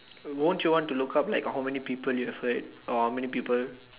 won't you want to look up like how many people you have hurt or how many people